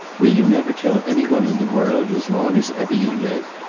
will you never tell any one in the world as long as ever you live?